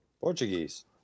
Portuguese